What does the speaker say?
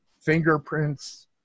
fingerprints